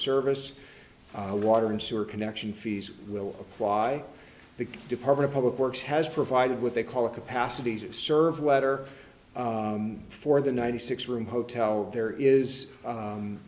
service water and sewer connection fees will apply the department of public works has provided what they call a capacity to serve letter for the ninety six room hotel there is